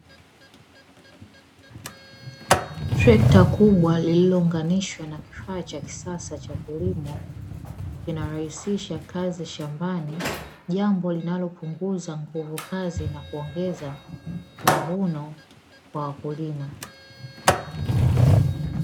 Trekta kubwa lililounganishwa na kifaa cha kisasa cha kilimo linarahisisha kazi shambani, jambo linalopunguza nguvu kazi na kuongeza mavuno kwa wakulima.